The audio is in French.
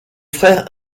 frères